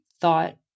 thought